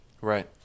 Right